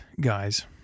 guys